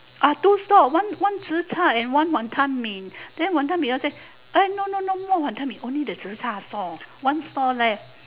orh two stall one one zi char and one wanton-mee then wanton-mee say eh no no no no not the wanton-mee only the zi char stall one stall left